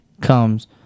comes